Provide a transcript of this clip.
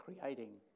creating